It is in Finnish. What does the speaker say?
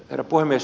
herra puhemies